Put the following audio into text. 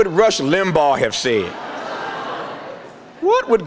would rush limbaugh have sea what